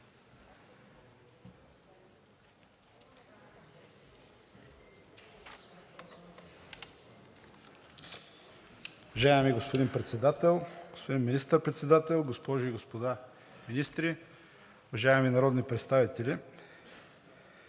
Уважаеми господин Председател, господин Министър-председател, госпожи и господа министри, уважаеми народни представители!